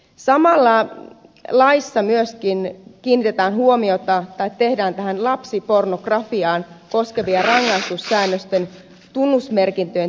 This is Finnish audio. samalla laissa myöskin tehdään lapsipornografiaa koskevien rangaistussäännösten tunnusmerkistöjen täsmentämistä